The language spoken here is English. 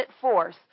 force